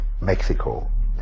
Mexico